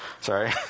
Sorry